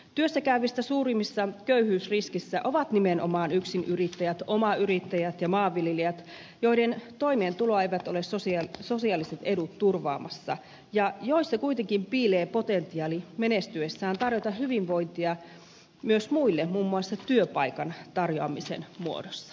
työssä käyvistä suurimmassa köyhyysriskissä ovat nimenomaan yksinyrittäjät omayrittäjät ja maanviljelijät joiden toimeentuloa eivät ole sosiaaliset edut turvaamassa ja joissa kuitenkin piilee potentiaali menestyessään tarjota hyvinvointia myös muille muun muassa työpaikan tarjoamisen muodossa